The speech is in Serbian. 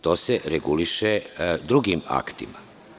To se reguliše drugim aktima.